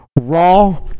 raw